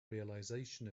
realization